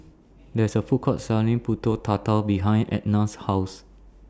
There IS A Food Court Selling Pulut Tatal behind Etna's House